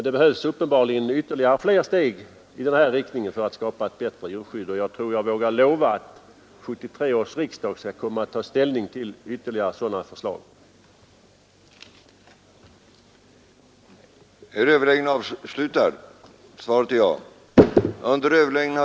Det behövs uppenbarligen flera steg i den här riktningen för att skapa ett bättre djurskydd, och jag tror jag vågar lova att 1973 års riksdag skall få ta ställning till ytterligare sådana förslag. och upprättande av diplomatiska förbindelser med Tyska demokratiska republiken